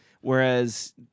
Whereas